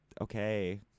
okay